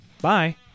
Bye